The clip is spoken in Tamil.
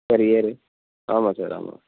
பேர் இயரு ஆமாம் சார் ஆமாம்